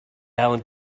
allen